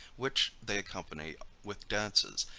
which they accompany with dances,